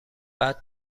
بعد